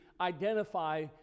identify